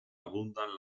abundan